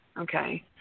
Okay